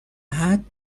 هرچیزی